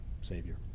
Savior